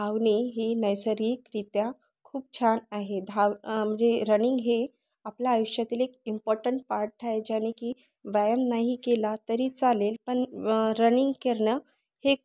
धावणे ही नैसर्गिकरित्या खूप छान आहे धाव म्हणजे रनिंग हे आपल्या आयुष्यातील एक इम्पॉर्टंट पार्ट आहे ज्याने की व्यायाम नाही केला तरी चालेल पण रनिंग करणं हे